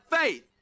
faith